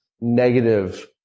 negative